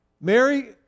Mary